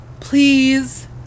Please